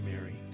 Mary